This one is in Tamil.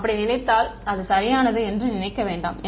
அப்படி நினைக்காதீர்கள் அது சரியானது என்று நினைக்க வேண்டாம்